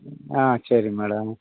ஆ சரி மேடம்